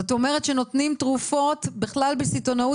זאת אומרת שנותנים תרופות בכלל בסיטונאות